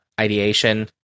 ideation